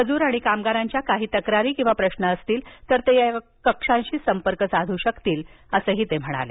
मजूर आणि कामगारांच्या काहीही तक्रारी किंवा प्रश्न असतील तर ते या कक्षांशी संपर्क साधू शकतात असं ते म्हणाले